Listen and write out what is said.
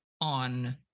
on